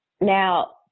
Now